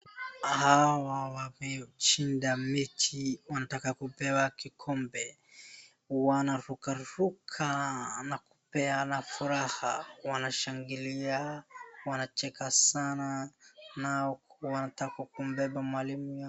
Hawa wameshinda mechi wanataka kupewa kikombe. Wanarukaruka na kupeana furaha. Wanashangilia, wanacheka sana na wanataka kumbeba mwalimu yao.